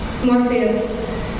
Morpheus